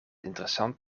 interessant